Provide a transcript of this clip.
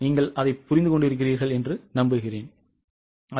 நீங்கள் அதை புரிந்து கொண்டிருக்கிறீர்களா